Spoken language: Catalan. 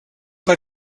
per